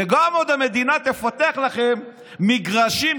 וגם עוד המדינה תפתח לכם מגרשים,